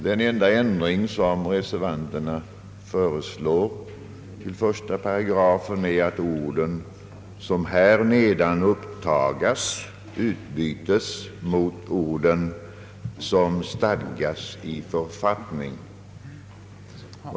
Den enda ändring som reservanterna föreslår i 1 8 är att orden »som här nedan upptagas» utbyts mot orden »som stadgas i författning».